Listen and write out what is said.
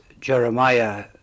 Jeremiah